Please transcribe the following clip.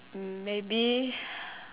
mm maybe